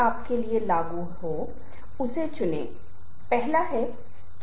'प्रस्तुति' निश्चित रूप से बहुत अधिक औपचारिक स्थिति है जहां दिशानिर्देशों के एक अलग सेट को जोड़ा जा सकता है